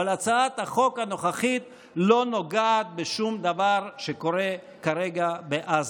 אבל הצעת החוק הנוכחית לא נוגעת בשום דבר שקורה כרגע בעזה.